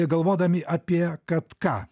galvodami apie kad ką